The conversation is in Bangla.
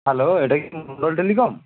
হ্যালো এটা কি গুগল টেলিকম